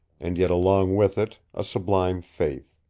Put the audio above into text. and yet along with it a sublime faith.